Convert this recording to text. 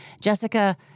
Jessica